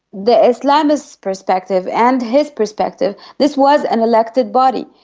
the islamists' perspective and his perspective, this was an elected body.